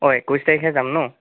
হয় একৈছ তাৰিখে যাম ন